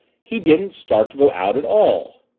he didn't start to go out at all!